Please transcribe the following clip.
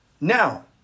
Now